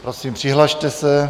Prosím, přihlaste se.